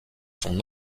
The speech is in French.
son